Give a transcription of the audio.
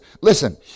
listen